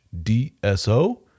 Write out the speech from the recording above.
DSO